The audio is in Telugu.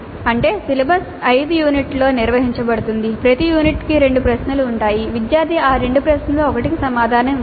అంటే సిలబస్ 5 యూనిట్లలో నిర్వహించబడుతుంది ప్రతి యూనిట్కు 2 ప్రశ్నలు ఉన్నాయి విద్యార్థి ఆ రెండు ప్రశ్నలలో ఒకటికి సమాధానం ఇవ్వాలి